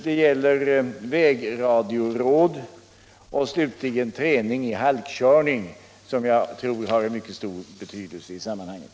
Ävenså gäller det vägradioråd och, slutligen, träning i halkkörning — som jag tror har mycket stor betydelse i sammanhanget.